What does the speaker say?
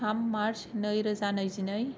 थाम मार्स नै रोजा नैजिनै